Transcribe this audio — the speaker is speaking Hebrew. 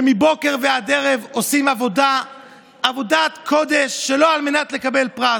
שמבוקר ועד ערב עושים עבודת קודש שלא על מנת לקבל פרס,